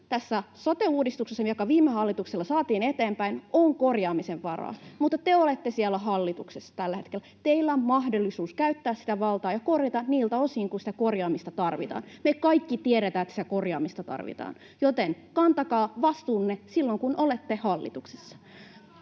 sote-uudistuksessa, joka viime hallituksella saatiin eteenpäin, on korjaamisen varaa, mutta te olette siellä hallituksessa tällä hetkellä. Teillä on mahdollisuus käyttää sitä valtaa ja korjata niiltä osin kuin sitä korjaamista tarvitaan. Me kaikki tiedetään, että sitä korjaamista tarvitaan, joten kantakaa vastuunne silloin, kun olette hallituksessa.